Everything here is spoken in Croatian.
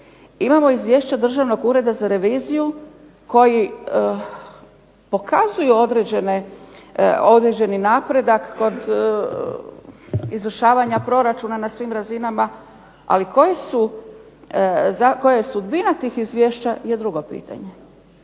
imamo izvješća Državnog ureda za reviziju koji pokazuju određeni napredak kod izvršavanja proračuna na svim razinama, ali koja je sudbina tih izvješća je drugo pitanje.